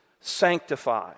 sanctify